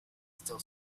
still